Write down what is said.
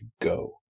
go